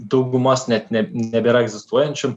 daugumos net ne nebėra egzistuojančių